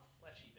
fleshy